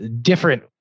different